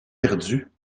perdus